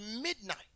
midnight